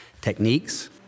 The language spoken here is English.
techniques